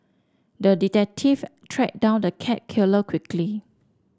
the detective tracked down the cat killer quickly